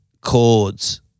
chords